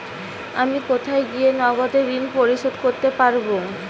আমি কোথায় গিয়ে নগদে ঋন পরিশোধ করতে পারবো?